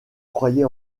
croyez